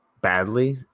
badly